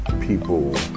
people